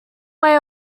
way